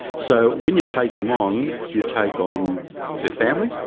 so when you take them on you take on their family,